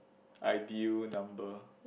ideal number